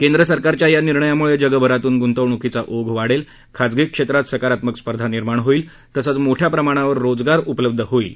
केंद्र सरकारच्या या निर्णयामुळे जगभरातून गुंतवणूकीचा ओघ वाढेल खाजगी क्षेत्रात सकारात्मक स्पर्धा निर्माण होईल तसंच मोठ्या प्रमाणावर रोजगार उपलब्ध होणार आहे